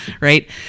Right